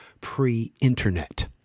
pre-internet